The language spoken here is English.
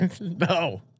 No